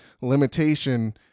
limitation